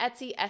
Etsy